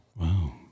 Wow